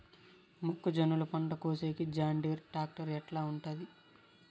మొక్కజొన్నలు పంట కోసేకి జాన్డీర్ టాక్టర్ ఎట్లా ఉంటుంది?